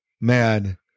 man